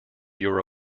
your